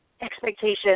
expectations